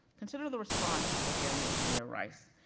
consider the response of the family of tamir rice,